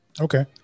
Okay